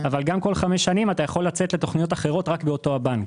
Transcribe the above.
אבל גם בכל חמש שנים אתה יכול לצאת לתוכניות אחרות רק באותו הבנק,